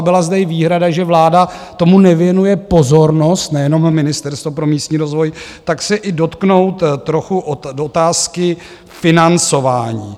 A byla zde i výhrada, že vláda tomu nevěnuje pozornost, nejenom Ministerstvo pro místní rozvoj, tak se i dotknout trochu otázky financování.